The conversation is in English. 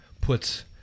puts